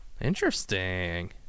Interesting